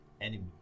enemy